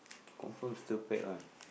confirm still pack one